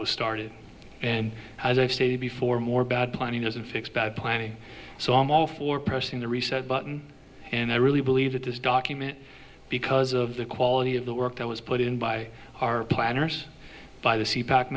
was started and as i've stated before more bad planning doesn't fix bad planning so i'm all for pressing the reset button and i really believe that this document because of the quality of the work that was put in by our planners by the seat back